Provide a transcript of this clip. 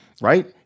Right